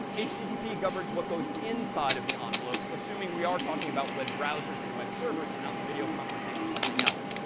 http governs what goes inside of the ah envelopes, assuming we are talking about web browsers and web servers and not video conferencing or something else.